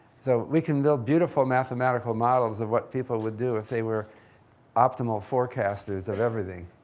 so we can build beautiful mathematical models of what people would do if they were optimal forecasters of everything.